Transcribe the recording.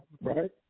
Right